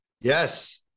yes